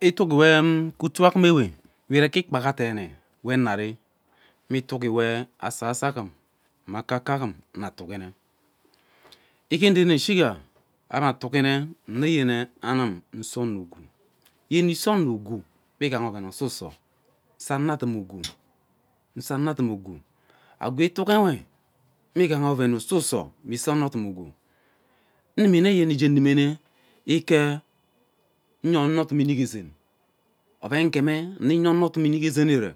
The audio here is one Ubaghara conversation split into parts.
Itigi we gte utuu aghum we ire gee ikpha deene we haari me itigi we asoso agham mme akaka aghaun atigi mme ike nreme ishiga ebe itigi nneyene ayun use ono ugwu wee ese ono ugwu me igha oven ususo see anadum ugwu nnimine nte igee nnimena ike nye onodum inik ee zeen ove we ugeme nne iyee onodum inik zeea ire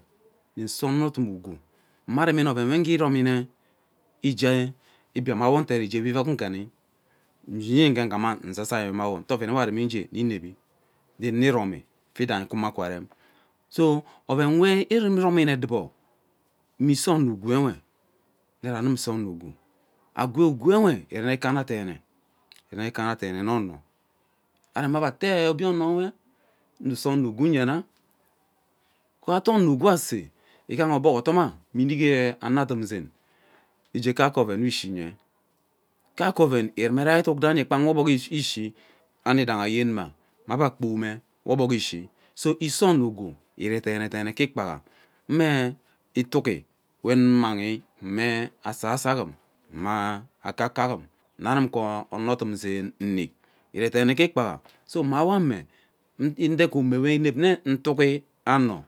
nne see onodum ugwu maa aremi oven we ugi iromine igee ibia mawo uderi igee wo ivuk ngeni ushini ugee ghana uzazi mma awo ntaa oven ewe aremire gee ineri nee neromi ifidahi kwama akwa arem so oven we iromine edubo me ese ono ugwuwe nte saa anum nse ono ugwu agwee ugwuer we irene ikaana deenee irene ikaana deene nne ono aremi ebe ate obio ono we mme mme se ono ugwuyena kpa ete ono ugwuyena kpa ete ono ugwu ase ighaha ogbog odoma me inuk ee zeen inik ee anadum zeen igee kaeke oven we ishi enye kaeke oven irume zei etuk ranye kpang wo ogbog ishi ano idahi ayema eme ebe kpowome wo ogbog ishi so ise ono ugwu ire deene ke ikpaha mine itigi we ammanghi ke asaso aghum ama akaka aghum nne anum akwa onodum zeen inik ire deene ke ikpaha so mmaeweme nre ke omo we inevi nne itigi ano.